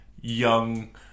young